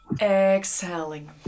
Exhaling